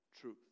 truth